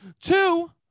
Two